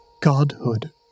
godhood